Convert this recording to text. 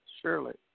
surely